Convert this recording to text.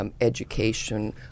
Education